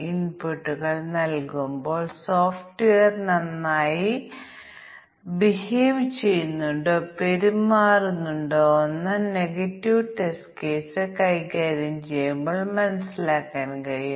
ഇപ്പോൾ എല്ലാത്തരം സോഫ്റ്റ്വെയറുകൾക്കും ബാധകമായ അതിർത്തി മൂല്യം എന്ന് വിളിക്കപ്പെടുന്ന ഈ പൊതുവായ പ്രത്യേക മൂല്യ പരിശോധന നമുക്ക് നോക്കാം